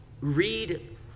Read